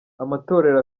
amatorero